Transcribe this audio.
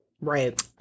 Right